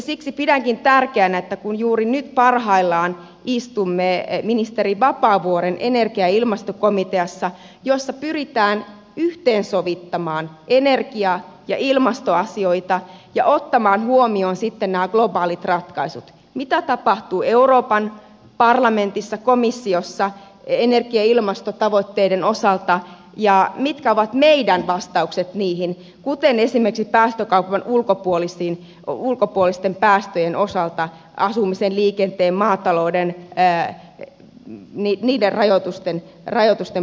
siksi pidänkin tärkeänä että juuri nyt parhaillaan istumme ministeri vapaavuoren energia ja ilmastokomiteassa jossa pyritään yhteensovittamaan energia ja ilmastoasioita ja ottamaan huomioon sitten nämä globaalit ratkaisut mitä tapahtuu euroopan parlamentissa komissiossa energia ja ilmastotavoitteiden osalta ja mitkä ovat meidän vastauksemme niihin kuten esimerkiksi päästökaupan ulkopuolisten päästöjen osalta asumisen liikenteen maatalouden osalta niiden rajoitusten puitteissa